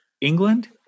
England